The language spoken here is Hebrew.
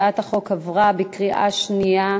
הצעת החוק עברה בקריאה שנייה.